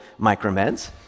micromeds